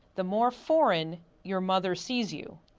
the more foreign your mother sees you.